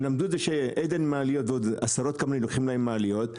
הם למדו את זה שעדן מעליות ועוד עשרות כאלה לוקחים להם מעליות,